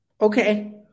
Okay